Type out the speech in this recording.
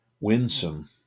winsome